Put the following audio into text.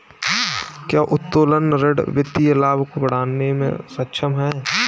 क्या उत्तोलन ऋण वित्तीय लाभ को बढ़ाने में सक्षम है?